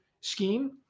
scheme